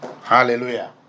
Hallelujah